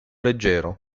leggero